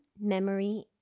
memory